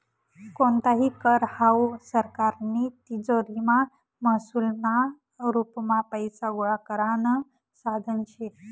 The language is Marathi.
कोणताही कर हावू सरकारनी तिजोरीमा महसूलना रुपमा पैसा गोळा करानं साधन शे